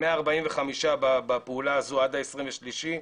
145 בפעולה הזו עד ה-23 לחודש,